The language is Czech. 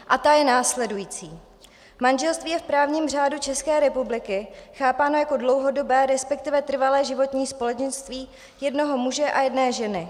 A ta je následující: Manželství je v právním řádu České republiky chápáno jako dlouhodobé, resp. trvalé životní společenství jednoho muže a jedné ženy.